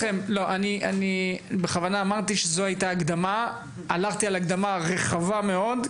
בכוונה הלכתי על הקדמה רחבה מאוד,